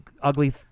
ugly